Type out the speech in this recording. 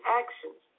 actions